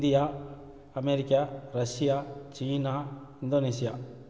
India America Russia China Indonesia